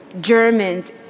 Germans